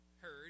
heard